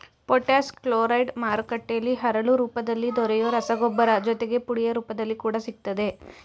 potash chloride ಮಾರುಕಟ್ಟೆಲಿ ಹರಳು ರೂಪದಲ್ಲಿ ದೊರೆಯೊ ರಸಗೊಬ್ಬರ ಜೊತೆಗೆ ಪುಡಿಯ ರೂಪದಲ್ಲಿ ಕೂಡ ಸಿಗ್ತದೆ